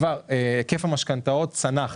שהיקף המשכנתאות צנח